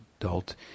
adult